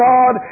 God